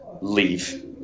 leave